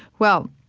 well,